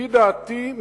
לפי דעתי,